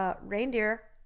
reindeer